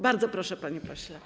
Bardzo proszę, panie pośle.